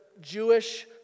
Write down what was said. Jewish